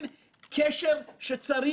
אנחנו צריכים למרות הכול,